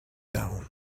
down